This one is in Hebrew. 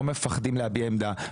או מפחדים להביע עמדה,